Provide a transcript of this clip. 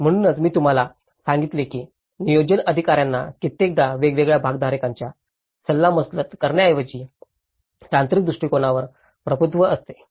म्हणूनच मी तुम्हाला सांगितले की नियोजित अधिकाऱ्याना कित्येकदा वेगवेगळ्या भागधारकांच्या सल्लामसलत करण्याऐवजी तांत्रिक दृष्टिकोनावर प्रभुत्व असते